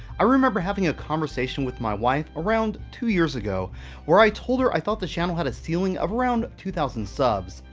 i remember having a conversation with my wife around two years ago where i told her i thought the channel had a ceiling of around two thousand subs,